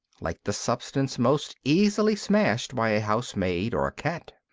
like the substance most easily smashed by a housemaid or cat.